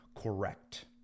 correct